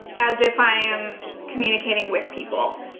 as if i am communicating with people.